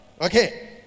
Okay